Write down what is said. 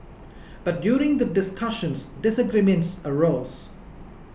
but during the discussions disagreements arose